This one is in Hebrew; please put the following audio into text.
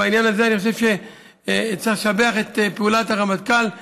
ובעניין הזה אני חושב שצריך לשבח את פעולת הרמטכ"ל,